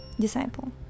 disciple